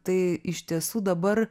tai iš tiesų dabar